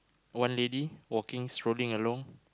one lady walking strolling along